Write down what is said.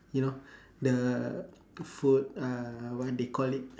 you know the food uh what they call it